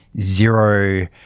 zero